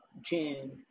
June